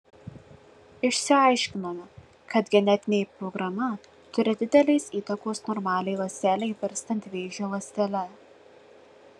išsiaiškinome kad genetinė programa turi didelės įtakos normaliai ląstelei virstant vėžio ląstele